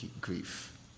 grief